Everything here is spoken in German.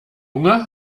hunger